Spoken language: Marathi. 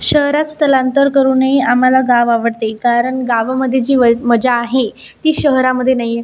शहरात स्थलांतर करूनही आम्हाला गाव आवडते कारण गावामध्ये जी व मजा आहे ती शहरामध्ये नाही आहे